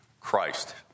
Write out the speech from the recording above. Christ